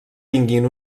tinguin